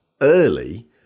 early